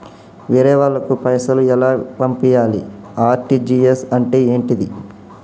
వేరే వాళ్ళకు పైసలు ఎలా పంపియ్యాలి? ఆర్.టి.జి.ఎస్ అంటే ఏంటిది?